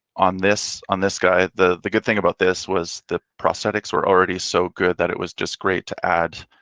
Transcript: on this, on this guy. the the good thing about this was, the prosthetics were already so good that it was just great to add